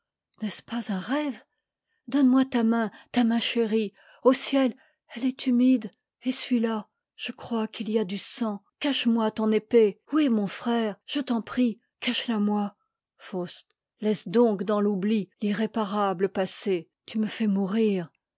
n'est-ce pas un rêve donne-moi ta main ta main chérie au ciel elle est humide essuie ia je crois qu'il y a du sang cache moi ton epée où est mon frère je t'en prie cache a moi faust laisse donc dans l'oubli l'irréparable passé tu me fais mourir